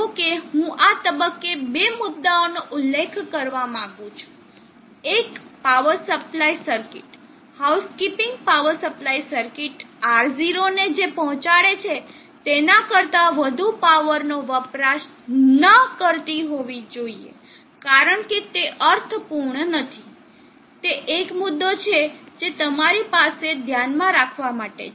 જો કે હું આ તબક્કે બે મુદ્દાઓનો ઉલ્લેખ કરવા માંગુ છું એક power supply circuit housekeeping power supply circuit R0 ને જે પહોંચાડે છે તેના કરતા વધુ પાવરનો વપરાશ ન કરતી હોવી જોઈએ કારણ કે તે અર્થપૂર્ણ નથી તે એક મુદ્દો છે જે તમારી પાસે ધ્યાનમાં રાખવા માટે છે